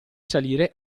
salire